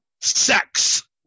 sex